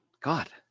God